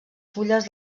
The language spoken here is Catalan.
fulles